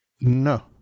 No